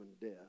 death